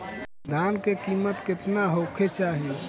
धान के किमत केतना होखे चाही?